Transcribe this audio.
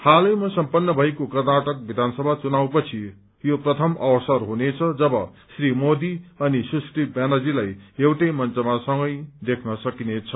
इलैमा सम्पन्न भएको कर्णाटक विधानसभा चुनावपछि यो प्रथम अवसर हुनेछ जब श्री मोदी अनि सुश्री व्यानर्जीलाई एउटै मंचमा सँगै देख्न सकिनेछ